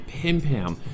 Pimpam